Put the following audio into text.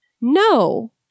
No